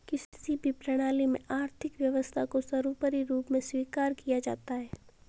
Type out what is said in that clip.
किसी भी प्रणाली में आर्थिक व्यवस्था को सर्वोपरी रूप में स्वीकार किया जाता है